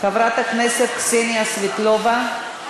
חברת הכנסת קסניה סבטלובה,